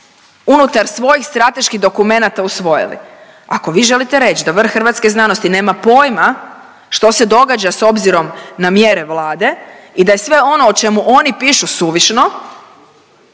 unutar svojih strateških dokumenata usvojili. Ako vi želite reći da vrh hrvatske znanosti nema pojma što se događa s obzirom na mjere Vlade i da je sve ono o čemu oni pišu suvišno,